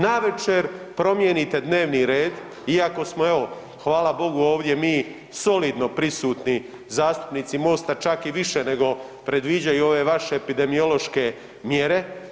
Navečer promijenite dnevni red, iako smo evo hvala Bogu ovdje mi solidno prisutni zastupnici Mosta, čak i više nego predviđaju ove vaše epidemiološke mjere.